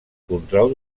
control